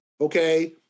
okay